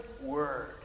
word